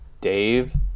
Dave